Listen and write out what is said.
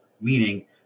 meaning